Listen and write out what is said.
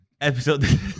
episode